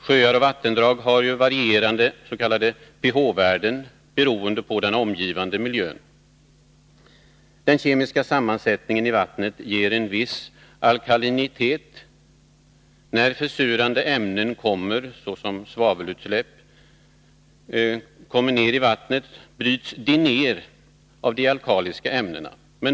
Sjöar och vattendrag har varierande s.k. pH-värden beroende på den omgivande miljön. Den kemiska sammansättningen i vattnet ger en viss alkalinitet. När försurande ämnen såsom svavelutsläpp kommer ner i vattnet, bryts de ner av de alkaliska ämnena.